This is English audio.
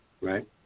right